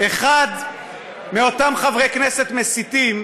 אחד מאותם חברי כנסת מסיתים,